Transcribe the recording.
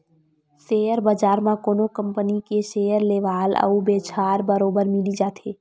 share बजार म कोनो कंपनी के सेयर लेवाल अउ बेचहार बरोबर मिली जाथे